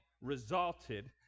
resulted